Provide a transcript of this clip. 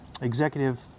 executive